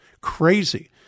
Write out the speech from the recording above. crazy